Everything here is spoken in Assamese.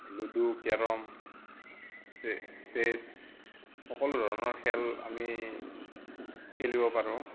লুডু কেৰম চে চেচ সকলো ধৰণৰ খেল আমি খেলিব পাৰোঁ